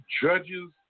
judges